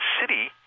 city